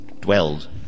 dwelled